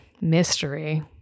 mystery